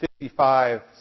55